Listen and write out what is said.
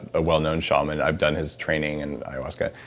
a well-known shaman. i've done his training in ayahuasca.